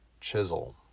Chisel